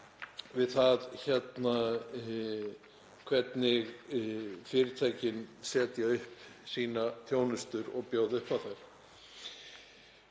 við það hvernig fyrirtækin setja upp sínar þjónustur og bjóða upp á þær.